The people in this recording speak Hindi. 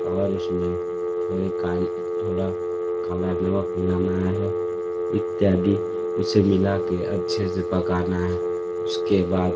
और उसमें थोड़ी काली थोड़ा काला नामक मिलाना है इत्यादि उसे मिला के अच्छे से पकाना है उसके बाद